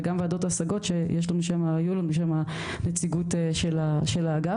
וגם ועדות ההשגות שיש לנו שם נציגות של האגף,